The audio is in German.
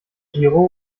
giro